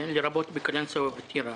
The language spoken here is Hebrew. לרבות בקלנסווה ובטירה.